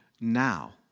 now